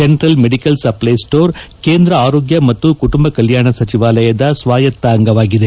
central medical supply store ಕೇಂದ್ರ ಆರೋಗ್ಯ ಮತ್ತು ಕುಟುಂಬ ಕಲ್ಯಾಣ ಸಚಿವಾಲಯದ ಸ್ವಾಯತ್ತ ಅಂಗವಾಗಿದೆ